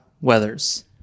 Weathers